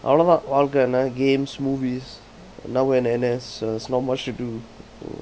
அவ்வளவு தான் வாழ்க்கை என்ன:avvalavu than valkai enna games movies now in N_S uh there's not much to do